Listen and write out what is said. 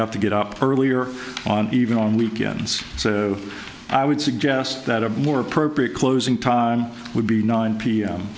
have to get up earlier on even on weekends so i would suggest that a more appropriate closing time would be nine p